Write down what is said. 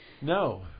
No